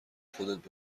خودت